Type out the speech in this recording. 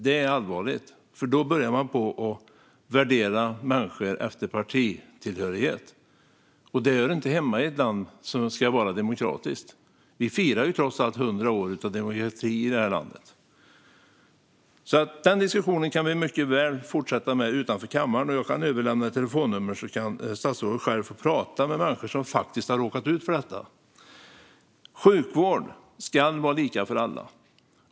Det är allvarligt, för då börjar man värdera människor efter partitillhörighet, och det hör inte hemma i ett land som ska vara demokratiskt. Vi firar trots allt 100 år av demokrati i det här landet. Den här diskussionen kan vi mycket väl fortsätta med utanför kammaren. Och jag kan överlämna telefonnummer, så kan statsrådet själv få prata med människor som faktiskt har råkat ut för detta. Sjukvård ska vara lika för alla.